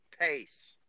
Pace